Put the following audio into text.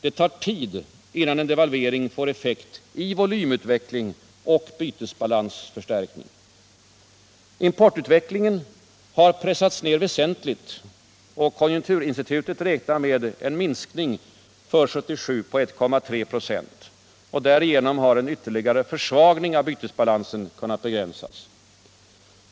Det tar tid innan en devalvering får effekt i volymutveckling och bytesbalansförstärkning. Importutvecklingen har pressats ner väsentligt — konjunkturinstitutet räknar med en minskning för 1977 på 1,3 26. Därigenom har en ytterligare försvagning av bytesbalansen kunnat begränsas.